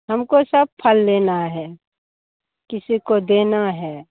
हमको सब फल लेना है किसी को देना है